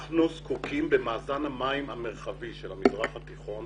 אנחנו זקוקים במאזן המים המרחבי של המזרח התיכון